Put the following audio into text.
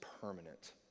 permanent